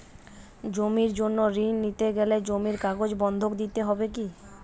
জমির জন্য ঋন নিতে গেলে জমির কাগজ বন্ধক দিতে হবে কি?